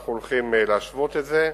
אנחנו הולכים להשוות את זה.